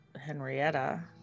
Henrietta